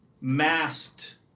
masked